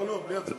לא, רק הודעה.